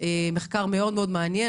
מחקר מאוד מעניין.